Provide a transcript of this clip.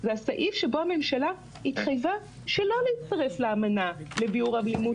זה הסעיף שבו הממשלה התחייבה שלא להצטרף לאמנה לביעור האלימות